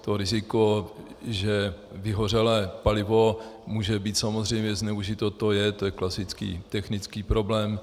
To riziko, že vyhořelé palivo může být samozřejmě zneužito, to je klasický technický problém.